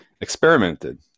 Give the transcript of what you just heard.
experimented